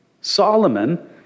Solomon